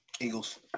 Eagles